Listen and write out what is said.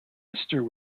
sister